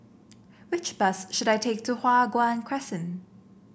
which bus should I take to Hua Guan Crescent